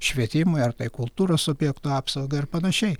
švietimui ar kultūros objektų apsaugai ir panašiai